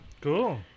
Cool